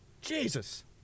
Jesus